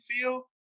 feel